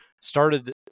started